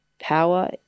Power